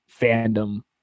fandom